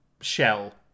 shell